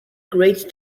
great